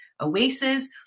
Oasis